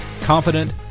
confident